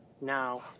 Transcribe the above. now